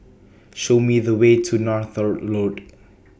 Show Me The Way to Northolt Road